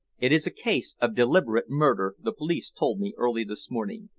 it is a case of deliberate murder, the police told me early this morning.